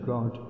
God